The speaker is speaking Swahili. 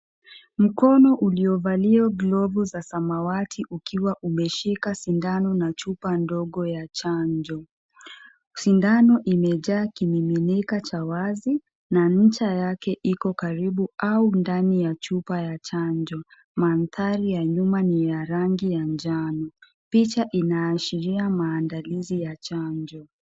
Mkono uliovalia glavu za samawati ukiwa umeshika sindano na chupa ndogo ya chanjo. Sindano imejaa kimiminika cha wazi na ncha yake iko karibu au ndani ya chupa ya chanjo. Mandhari ya nyuma ni ya rangi ya njano. Picha inaashiria maandalizi ya chanjo.